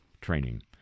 training